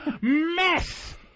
mess